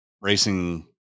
racing